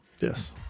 Yes